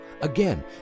Again